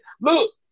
Look